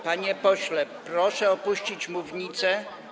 Panie pośle, proszę opuścić mównicę.